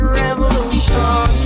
revolution